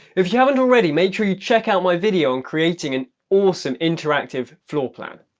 if you haven't already, make sure you check out my video on creating an awesome interactive floor plan.